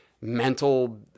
mental